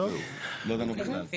לא דנו בכלל.